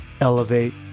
elevate